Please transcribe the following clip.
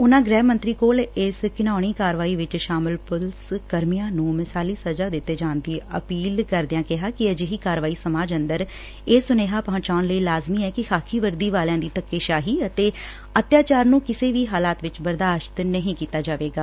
ਉਨ੍ਹਾ ਗ੍ਹਿ ਮੰਤਰੀ ਕੋਲ ਇਸ ਘਿਣਾਉਣੀ ਕਾਰਵਾਈ ਵਿਚ ਸ਼ਾਮਿਲ ਪੁਲਿਸ ਕਰਮੀਆਂ ਨੂੰ ਮਿਸਾਲੀ ਸਜ਼ਾ ਦਿੱਤੇ ਜਾਣ ਦੀ ਅਪੀਲ ਕਰਦਿਆਂ ਨੇ ਕਿਹਾ ਕਿ ਅਜਿਹੀ ਕਾਰਵਾਈ ਸਮਾਜ ਅੰਦਰ ਇਹ ਸੁਨੇਹਾ ਪਹੁੰਚਾਉਣ ਲਈ ਲਾਜ਼ਮੀ ਏ ਕਿ ਪੁਲਿਸ ਦੀ ਧੱਕੇਸ਼ਾਹੀ ਅਤੇ ਅਤਿਆਚਾਰ ਨੂੰ ਕਿਸੇ ਵੀ ਹਾਲਾਤ ਵਿਚ ਬਰਦਾਸ਼ਤ ਨਹੀ ਕੀਤਾ ਜਾਵੇਗਾ